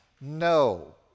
No